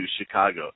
Chicago